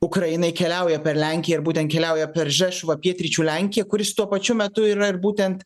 ukrainai keliauja per lenkiją ir būtent keliauja per žešvą pietryčių lenkiją kuris tuo pačiu metu yra ir būtent